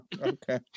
Okay